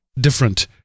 different